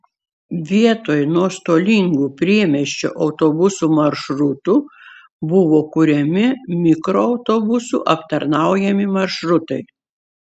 vietoj nuostolingų priemiesčio autobusų maršrutų buvo kuriami mikroautobusų aptarnaujami maršrutai